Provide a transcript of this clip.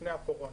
לפני הקורונה,